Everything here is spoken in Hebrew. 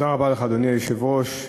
אדוני היושב-ראש,